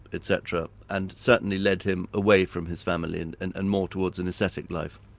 etc. and certainly led him away from his family and and and more towards an aesthetic life.